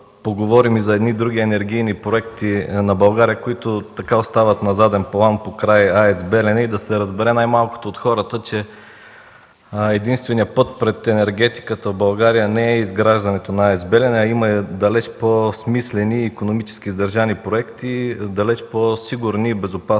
поговорим за едни други енергийни проекти на България, които остават на заден план покрай АЕЦ „Белене”, и да се разбере най-малкото от хората, че единственият път пред енергетиката в България не е изграждането на АЕЦ „Белене”, а има далеч по-смислени и икономически издържани проекти, далеч по-сигурни и безопасни